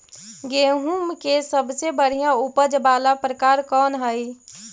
गेंहूम के सबसे बढ़िया उपज वाला प्रकार कौन हई?